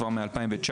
כבר מ-2019,